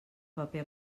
paper